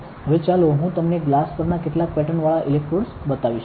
હવે ચાલો હું તમને ગ્લાસ પરના કેટલાક પેટર્નવાળા ઇલેક્ટ્રોડ બતાવીશ